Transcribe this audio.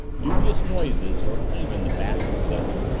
dubious noises, or even the bat himself.